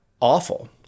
awful